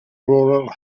rural